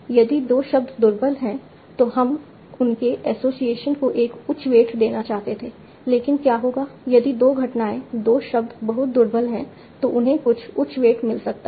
यदि 2 शब्द दुर्लभ हैं तो हम उनके एसोसिएशन को एक उच्च वेट देना चाहते थे लेकिन क्या होगा यदि 2 घटनाएँ 2 शब्द बहुत दुर्लभ हैं तो उन्हें कुछ उच्च वेट मिल सकता है